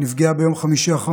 חבריי חברות וחברי הכנסת,